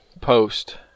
post